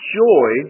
joy